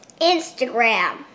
Instagram